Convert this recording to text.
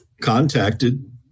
contacted